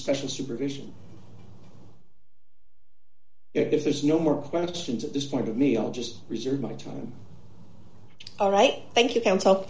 special supervision if there's no more questions at this point to me i'll just reserve my time all right thank you can't hel